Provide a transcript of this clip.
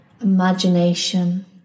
imagination